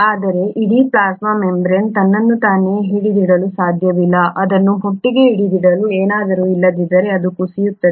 ಆದರೆ ಇಡೀ plasma membrane ತನ್ನನ್ನು ತಾನೇ ಹಿಡಿದಿಡಲು ಸಾಧ್ಯವಿಲ್ಲ ಅದನ್ನು ಒಟ್ಟಿಗೆ ಹಿಡಿದಿಡಲು ಏನಾದರೂ ಇಲ್ಲದಿದ್ದರೆ ಅದು ಕುಸಿಯುತ್ತದೆ